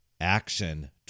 action